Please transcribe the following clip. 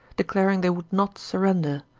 declaring they would not surrender.